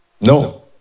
no